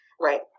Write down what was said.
Right